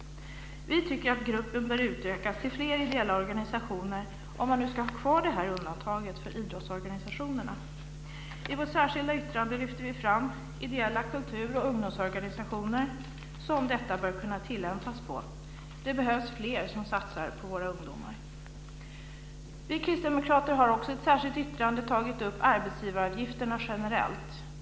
Vi tycker att gruppen bör utökas till fler ideella organisationer, om man nu ska ha kvar det här undantaget för idrottsorganisationerna. I vårt särskilda yttrande lyfter vi fram ideella kultur och ungdomsorganisationer som detta bör kunna tillämpas på. Det behövs fler som satsar på våra ungdomar. Vi kristdemokrater har också i ett särskilt yttrande tagit upp arbetsgivaravgifterna generellt.